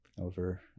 over